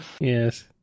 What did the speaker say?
Yes